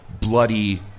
bloody